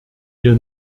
hier